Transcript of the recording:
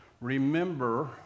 remember